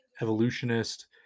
evolutionist